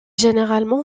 généralement